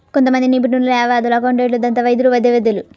కొంతమంది నిపుణులు, న్యాయవాదులు, అకౌంటెంట్లు, దంతవైద్యులు, వైద్య వైద్యులు